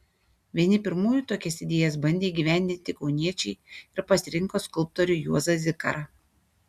vieni pirmųjų tokias idėjas bandė įgyvendinti kauniečiai ir pasirinko skulptorių juozą zikarą